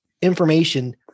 information